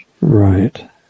Right